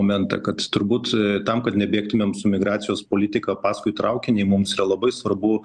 momentą kad turbūt tam kad nebėgtumėm su migracijos politika paskui traukinį mums yra labai svarbu